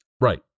Right